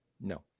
No